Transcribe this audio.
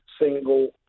single